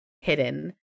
hidden